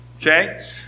Okay